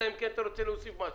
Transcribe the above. אלא אם כן אתה רוצה להוסיף משהו.